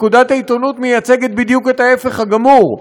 פקודת העיתונות מייצגת בדיוק את ההפך הגמור,